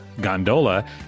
gondola